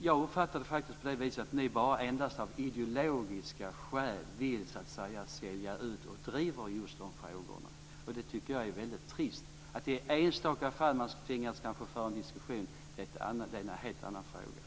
Jag uppfattar det faktiskt på det viset att ni endast av ideologiska skäl vill sälja ut och driver just de frågorna. Det tycker jag är väldigt trist. Att man kanske tvingas föra en diskussion i enstaka fall är en helt annan fråga.